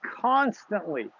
constantly